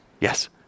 Yes